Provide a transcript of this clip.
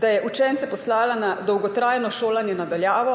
da je učence poslala na dolgotrajno šolanje na daljavo